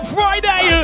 Friday